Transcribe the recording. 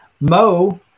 Mo